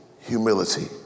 humility